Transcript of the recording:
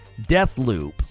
Deathloop